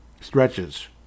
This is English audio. stretches